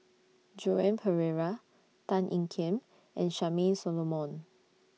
Joan Pereira Tan Ean Kiam and Charmaine Solomon